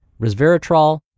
resveratrol